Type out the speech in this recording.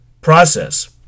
process